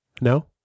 No